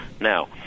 Now